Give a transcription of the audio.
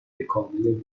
کامل